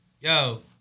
Yo